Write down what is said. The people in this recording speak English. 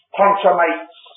consummates